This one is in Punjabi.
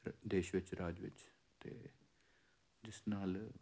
ਦੇਸ਼ ਵਿੱਚ ਰਾਜ ਵਿੱਚ ਅਤੇ ਜਿਸ ਨਾਲ